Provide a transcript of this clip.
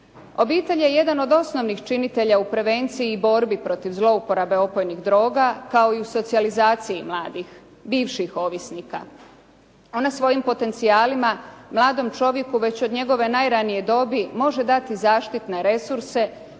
Obitelj je jedan od osnovnih činitelja u prevenciji i borbi protiv zlouporabe opojnih droga, kao i u socijalizaciji mladih, bivših ovisnika. Ona svojim potencijalima mladom čovjeku već od njegove najranije dobi može dati zaštitne resurse